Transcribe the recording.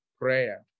prayer